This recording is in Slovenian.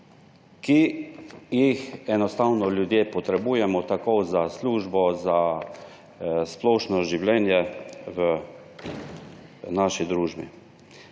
ki jih enostavno ljudje potrebujemo tako za službo, za splošno življenje v naši družbi.